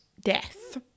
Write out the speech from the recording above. death